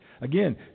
Again